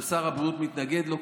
ששר הבריאות מתנגד לו,